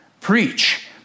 preach